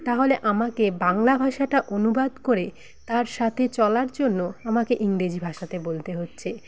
তা হলে আমাকে বাংলা ভাষাটা অনুবাদ করে তাঁর সাথে চলার জন্য আমাকে ইংরেজি ভাষাতে বলতে হচ্ছে